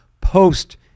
post